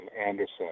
Anderson